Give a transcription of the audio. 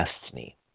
destiny